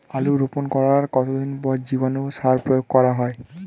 আলু রোপণ করার কতদিন পর জীবাণু সার প্রয়োগ করা হয়?